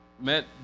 met